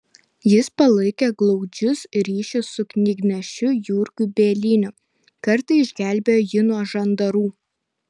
jis palaikė glaudžius ryšius su knygnešiu jurgiu bieliniu kartą išgelbėjo jį nuo žandaru